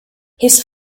his